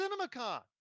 CinemaCon